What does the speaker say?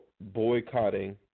boycotting